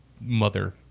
mother